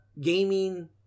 gaming